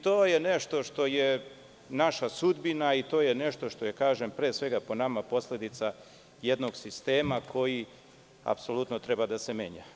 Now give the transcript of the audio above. To je nešto što je naša sudbina i to je nešto što je posledica jednog sistema koji apsolutno treba da se menja.